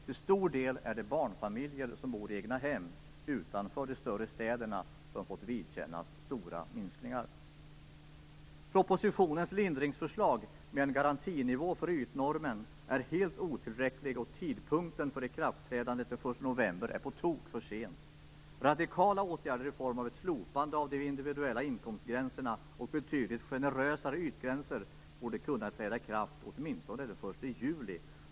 Till stor del är det barnfamiljer som bor i egnahem utanför de större städerna som fått vidkännas stora minskningar. Propositionens lindringsförslag med en garantinivå för ytnormen är helt otillräckligt, och tidpunkten för ikraftträdandet den 1 november är på tok för sent. Radikala åtgärder i form av ett slopande av de individuella inkomstgränserna och betydligt generösare ytgränser borde kunna träda i kraft åtministone den 1 juli.